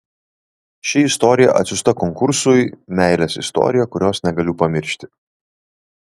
ši istorija atsiųsta konkursui meilės istorija kurios negaliu pamiršti